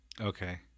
Okay